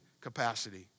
capacity